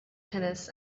tennis